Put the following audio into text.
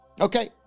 Okay